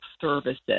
services